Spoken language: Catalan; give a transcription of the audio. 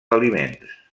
aliments